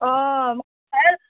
অঁ